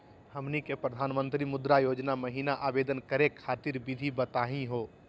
हमनी के प्रधानमंत्री मुद्रा योजना महिना आवेदन करे खातीर विधि बताही हो?